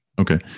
Okay